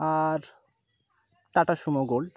আর Tata Sumo gold